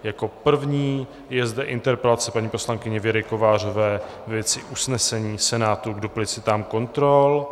Jako první je zde interpelace paní poslankyně Věry Kovářové ve věci usnesení Senátu k duplicitám kontrol.